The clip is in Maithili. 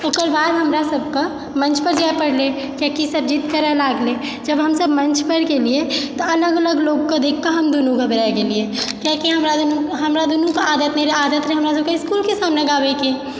ओकर बाद हमरा सबकऽ मञ्चपर जाए पड़लै कियाकि सब जिद करै लगलै जब हमसब मञ्चपर गेलियै तऽ अलग अलग लोगके देखि कऽ हम दुनू घबरा गेलियै कियाकि हमरा दुनूके आदत नहि रहै आदत नहि हमरा सभकेँ इसकुलके सामने गाबैके